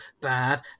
bad